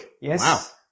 Yes